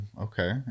okay